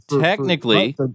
technically